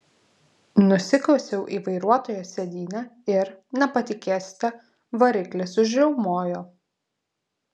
nusikasiau į vairuotojo sėdynę ir nepatikėsite variklis užriaumojo